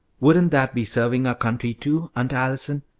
wouldn't that be serving our country, too, aunt allison,